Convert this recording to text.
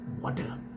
water